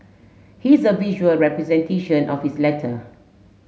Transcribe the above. here's a visual representation of his letter